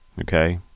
okay